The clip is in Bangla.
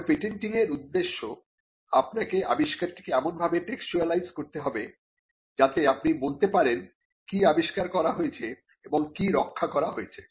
তবে পেটেন্টিং এর উদ্দেশ্যে আপনাকে আবিষ্কারটিকে এমনভাবে টেক্সচুয়ালাইজ করতে হবে যাতে আপনি বলতে পারেন কি আবিষ্কার করা হয়েছে এবং কি রক্ষা করা হয়েছে